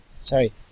sorry